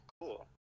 cool